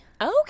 okay